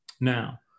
Now